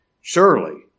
surely